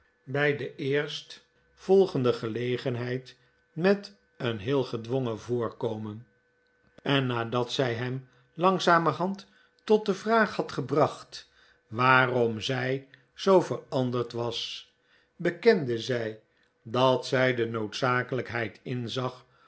bij de eerst volgende gelegenheid met een heel gedwongen voorkomen en nadat zij hem langzamerhand tot de vraag had gebracht waarom zij zoo veranderd was bekende zij dat zij de noodzakelijkheid inzag